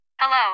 Hello